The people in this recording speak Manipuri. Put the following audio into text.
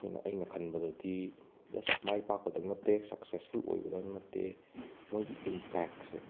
ꯑꯈꯣꯏꯅ ꯑꯩꯅ ꯈꯟꯕꯗꯗꯤ ꯖꯁ ꯃꯥꯏꯄꯥꯛꯄꯗꯪ ꯅꯠꯇꯦ ꯁꯛꯁꯦꯁꯐꯨꯜ ꯑꯣꯏꯕꯇꯪ ꯅꯠꯇꯦ ꯃꯣꯏꯒꯤ ꯏꯝꯄꯦꯛꯁꯦ